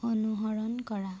অনুসৰণ কৰা